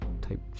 type